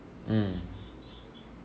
mm